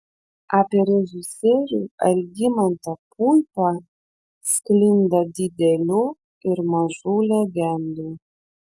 apie režisierių algimantą puipą sklinda didelių ir mažų legendų